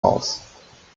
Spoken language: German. haus